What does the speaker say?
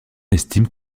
estime